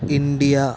India